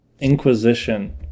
Inquisition